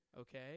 okay